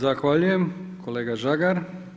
Zahvaljujem kolega Žagar.